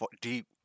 deep